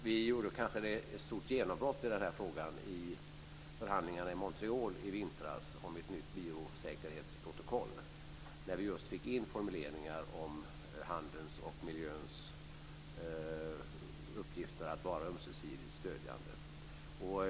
Vi gjorde kanske ett stort genombrott i den frågan i förhandlingarna i Montreal i vintras om ett nytt biosäkerhetsprotokoll, där vi just fick in formuleringar om handelns och miljöns uppgifter att vara ömsesidigt stödjande.